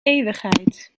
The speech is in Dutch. eeuwigheid